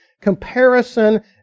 comparison